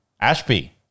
Ashby